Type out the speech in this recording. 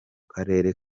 karere